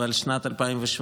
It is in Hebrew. בשנת 2017,